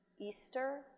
Easter